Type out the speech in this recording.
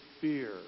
fear